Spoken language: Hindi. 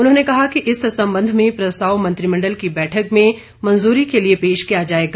उन्होंने कहा कि इस संबंध में प्रस्ताव मंत्रिमंडल की बैठक में मंजूरी के लिए पेश किया जाएगा